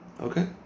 Okay